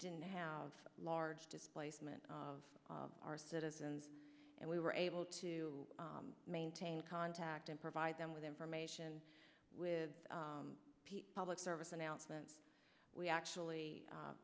didn't have large displacement of our citizens and we were able to maintain contact and provide them with information with public service announcement we actually